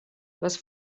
les